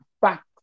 fact